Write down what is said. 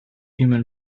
human